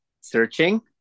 Searching